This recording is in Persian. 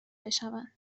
بشوند